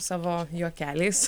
savo juokeliais